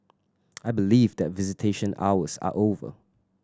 I believe that visitation hours are over